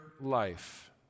life